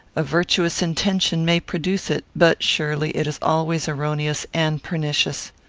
a virtuous intention may produce it but surely it is always erroneous and pernicious.